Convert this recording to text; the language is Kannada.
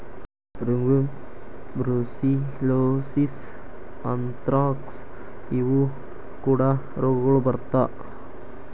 ರಿಂಗ್ವರ್ಮ, ಬ್ರುಸಿಲ್ಲೋಸಿಸ್, ಅಂತ್ರಾಕ್ಸ ಇವು ಕೂಡಾ ರೋಗಗಳು ಬರತಾ